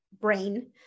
brain